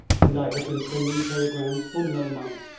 and i had been sending telegrams for melmount,